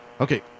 Okay